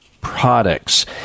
products